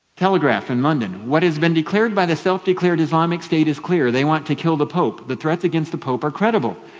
telegraph in london, what has been declared by the self-declared islamic state is clear they want to kill the pope. the threats against the pope are credible.